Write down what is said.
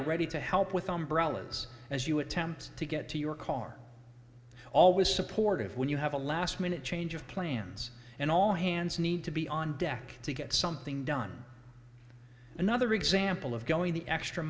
are ready to help with umbrellas as you attempt to get to your car always supportive when you have a last minute change of plans and all hands need to be on deck to get something done another example of going the extra